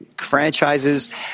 franchises